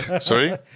Sorry